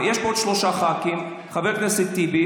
יש פה עוד שלושה ח"כים: חבר הכנסת טיבי,